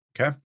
Okay